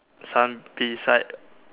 sun beside